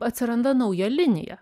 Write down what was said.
atsiranda nauja linija